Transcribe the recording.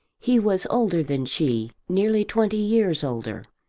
he was older than she, nearly twenty years older,